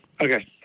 Okay